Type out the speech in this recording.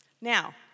Now